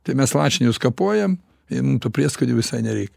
tai mes lašinius kapojam ir mum tų prieskonių visai nereik